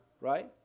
Right